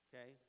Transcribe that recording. okay